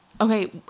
Okay